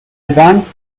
want